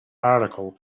article